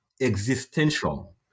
existential